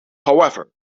however